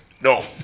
No